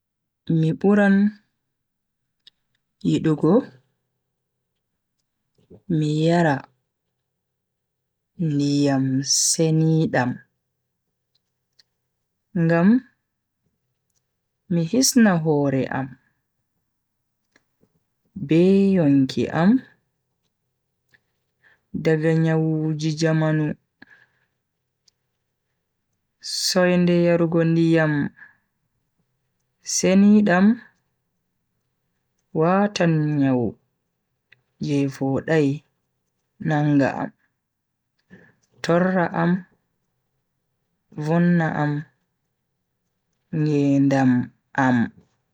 Mi buran yidugo mi yara ndiyam seniidam. ngam MI hisna hore am be yonki am daga nyawuji jamanu. soinde yarugo ndiyam seniidam watan nyawu je vodai nanga am, torra am vonna am ngedam am.